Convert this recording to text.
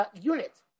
unit